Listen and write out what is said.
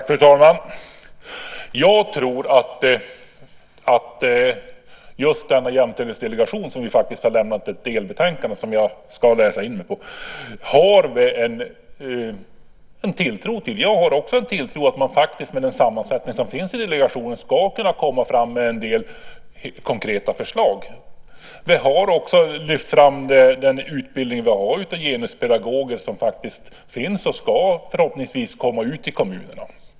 Fru talman! Jag har en tilltro till Jämställdhetsdelegationen som har lämnat ett delbetänkande som jag ska läsa in mig på. Jag har också en tilltro till att man, med den sammansättning som finns i delegationen, ska kunna komma fram med en del konkreta förslag. Vi har också lyft fram den utbildning av genuspedagoger som vi har. Dessa ska förhoppningsvis komma ut i kommunerna.